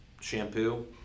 shampoo